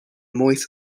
moist